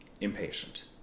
impatient